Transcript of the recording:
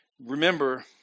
Remember